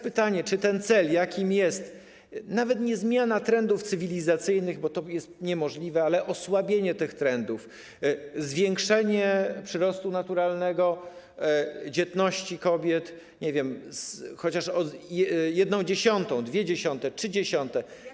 Pytanie, czy ten cel, jakim jest nawet nie zmiana trendów cywilizacyjnych, bo to jest niemożliwe, ale osłabienie tych trendów, zwiększenie przyrostu naturalnego, dzietności kobiet chociaż o jedną dziesiątą, dwie dziesiąte, trzy dziesiąte.